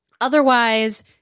Otherwise